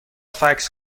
فکس